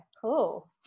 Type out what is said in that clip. cool